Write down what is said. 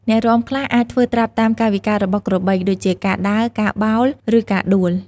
អ្នករាំខ្លះអាចធ្វើត្រាប់តាមកាយវិការរបស់ក្របី ដូចជាការដើរ ការបោល ឬការដួល។